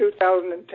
2010